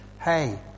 hey